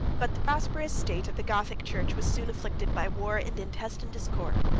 but the prosperous state of the gothic church was soon afflicted by war and intestine discord,